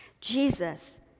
Jesus